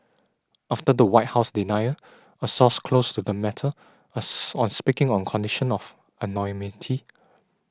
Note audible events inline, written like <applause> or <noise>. after the White House denial a source close to the matter <noise> on speaking on condition of anonymity